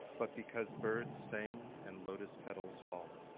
but because birds sing and lotus petals fall.